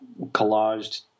collaged